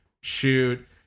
shoot